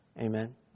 Amen